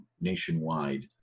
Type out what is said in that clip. nationwide